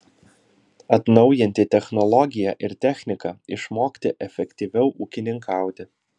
atnaujinti technologiją ir techniką išmokti efektyviau ūkininkauti